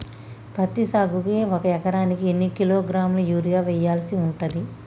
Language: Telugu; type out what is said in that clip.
పత్తి సాగుకు ఒక ఎకరానికి ఎన్ని కిలోగ్రాముల యూరియా వెయ్యాల్సి ఉంటది?